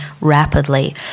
rapidly